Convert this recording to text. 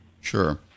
Sure